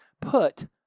put